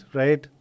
right